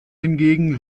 hingegen